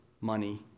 money